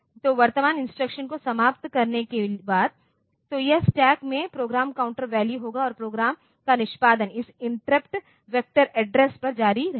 तो वर्तमान इंस्ट्रक्शन को समाप्त करने के बाद तो यह स्टैक में प्रोग्राम काउंटर वैल्यू होगा और प्रोग्राम का निष्पादन उस इंटरप्ट वेक्टर एड्रेस पर जारी रहेगा